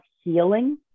healing